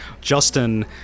Justin